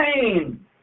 pain